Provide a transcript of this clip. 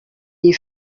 iyi